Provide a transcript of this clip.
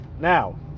now